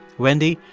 wendy,